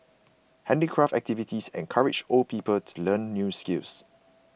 handicraft activities encourage old people to learn new skills